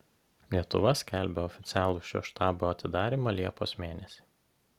lietuva skelbia oficialų šio štabo atidarymą liepos mėnesį